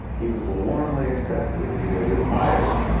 he was warmly accepted. he was admired.